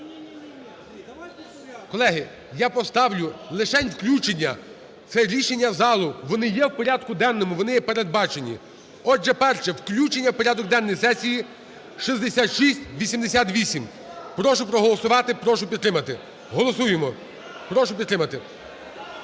Колеги, я поставлю лишень включення, це рішення залу, вони є в порядку денному, вони є передбачені. Отже, перше. Включення в порядок денний сесії 6688. Прошу проголосувати, прошу підтримати. Голосуємо. Прошу підтримати.